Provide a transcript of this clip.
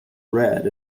red